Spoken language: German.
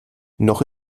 noch